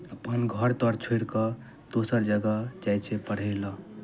अपन घर तर छोड़ि कऽ दोसर जगह जाइ छै पढ़य लेल